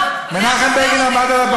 אבל מנחם בגין עמד פה.